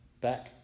back